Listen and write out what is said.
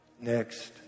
next